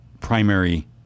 primary